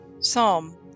Psalm